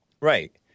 Right